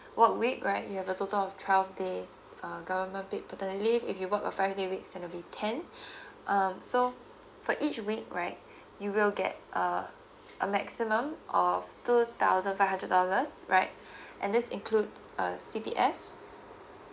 work week right you have a total of twelve days uh government paid paternity leave if you work a five days week then it will be ten um so for each week right you will get a a maximum of two thousand five hundred dollars right and this include a C_P_F